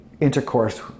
intercourse